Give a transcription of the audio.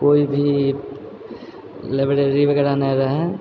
कोइ भी लाइब्रेरी वगैरह नहि रहै